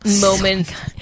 moment